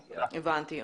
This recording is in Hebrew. הבנתי.